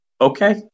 Okay